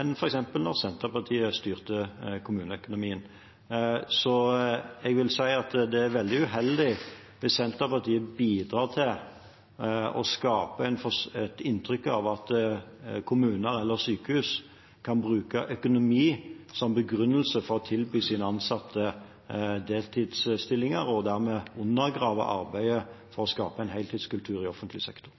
enn f.eks. da Senterpartiet styrte kommuneøkonomien. Jeg vil si at det er veldig uheldig hvis Senterpartiet bidrar til å skape et inntrykk av at kommuner eller sykehus kan bruke økonomi som begrunnelse for å tilby sine ansatte deltidsstillinger, og dermed undergrave arbeidet for å skape en heltidskultur i offentlig sektor.